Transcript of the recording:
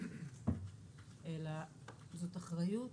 אלא זאת אחריות